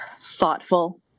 thoughtful